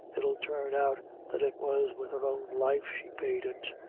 it'll turn out that it was with her own life she paid it.